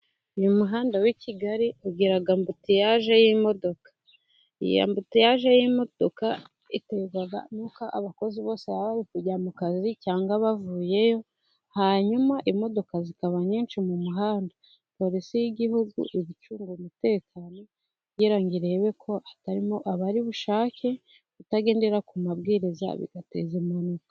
Uyu muhanda w'i Kigali ugira ambutiyaje y'imodoka, iyi ambuteyaje y'imodoka iterwa n'uko abakozi bose baba bari kujya mu kazi cyangwa bavuyeyo, hanyuma imodoka zikaba nyinshi mu muhanda, polisi y'igihugu iba icunga umutekano, kugira ngo irebe ko haba harimo abari bushake kutagendera ku mabwiriza bigateza impanuka.